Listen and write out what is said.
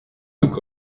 took